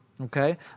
Okay